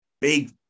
big